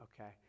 Okay